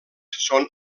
són